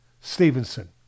Stevenson